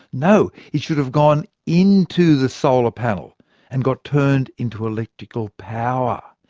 no, it should have gone into the solar panel and got turned into electrical power.